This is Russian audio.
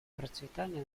процветание